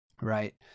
right